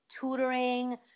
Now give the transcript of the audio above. tutoring